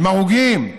עם הרוגים.